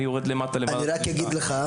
אני רק אגיד לך,